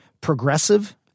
progressive